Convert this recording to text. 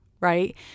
right